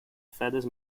feathers